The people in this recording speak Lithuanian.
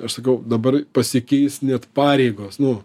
aš sakau dabar pasikeis net pareigos nu